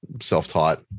self-taught